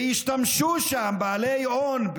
השתמשו בה שם בעלי הון,